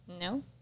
no